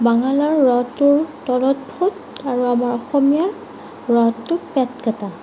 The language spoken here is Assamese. বাংলাৰ ৰ টোৰ তলত ফুট আৰু আমাৰ অসমীয়া ৰ টোৰ পেট কাটা